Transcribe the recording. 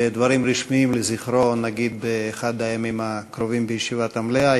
ודברים רשמיים לזכרו נגיד באחד הימים הקרובים בישיבת המליאה.